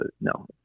no